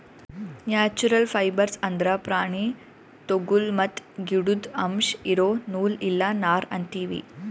natural fibres ಅಂದ್ರ ಪ್ರಾಣಿ ತೊಗುಲ್ ಮತ್ತ್ ಗಿಡುದ್ ಅಂಶ್ ಇರೋ ನೂಲ್ ಇಲ್ಲ ನಾರ್ ಅಂತೀವಿ